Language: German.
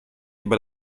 über